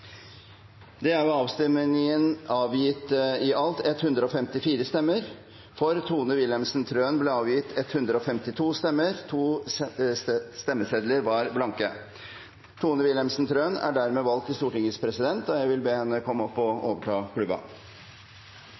president skjer ved skriftlig votering. – Det er vedtatt. Valget hadde dette resultat: Det ble avgitt totalt 154 stemmer. Til Stortingets president ble valgt Tone Wilhelmsen Trøen med 152 stemmer. 2 stemmesedler var blanke. Tone Wilhelmsen Trøen er dermed valgt til Stortingets president, og jeg vil be henne komme opp og overta